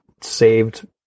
saved